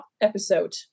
episode